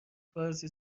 فارسی